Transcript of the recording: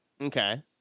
Okay